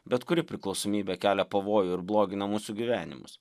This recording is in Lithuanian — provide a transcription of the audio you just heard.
bet kuri priklausomybė kelia pavojų ir blogina mūsų gyvenimus